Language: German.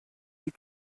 die